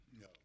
No